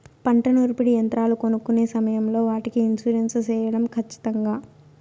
పంట నూర్పిడి యంత్రాలు కొనుక్కొనే సమయం లో వాటికి ఇన్సూరెన్సు సేయడం ఖచ్చితంగా?